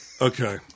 Okay